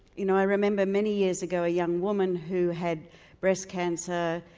you know i remember many years ago a young woman who had breast cancer,